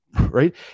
right